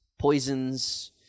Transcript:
poisons